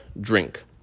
drink